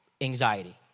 anxiety